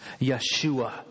Yeshua